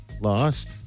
lost